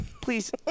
please